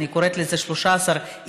אני קוראת לזה 13 עיקרים,